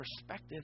perspective